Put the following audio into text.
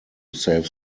save